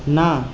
না